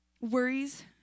Worries